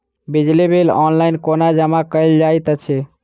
बिजली bill online कोना जमा कएल जाइत अछि?